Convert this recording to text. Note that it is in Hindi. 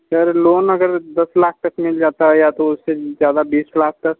सर लोन अगर दस लाख तक मिल जाता या उससे ज़्यादा बीस लाख तक